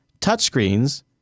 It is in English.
touchscreens